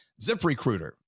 ZipRecruiter